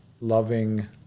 loving